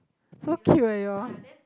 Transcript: so cute eh your